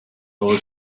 eure